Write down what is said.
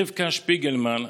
רבקה שפיגלמן,